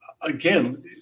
Again